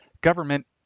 Government